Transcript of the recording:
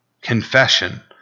Confession